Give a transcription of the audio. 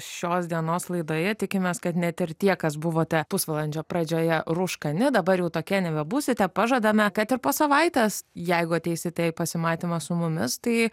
šios dienos laidoje tikimės kad net ir tie kas buvote pusvalandžio pradžioje rūškani dabar jau tokie nebebūsite pažadame kad ir po savaitės jeigu ateisite į pasimatymą su mumis tai